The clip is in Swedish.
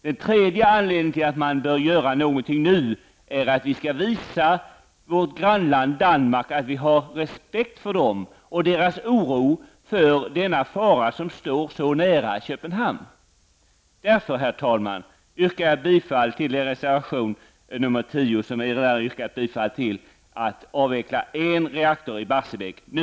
Den tredje anledningen till att man bör göra någonting nu är att vi skall visa människorna i vårt grannland Danmark att vi har respekt för dem och för deras oro för den fara som står så nära Herr talman! Jag yrkar därför bifall till reservation nr 10, som det redan har yrkats bifall till och som säger att vi skall avveckla en reaktor i Barsebäck nu.